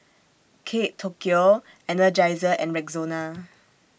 Kate Tokyo Energizer and Rexona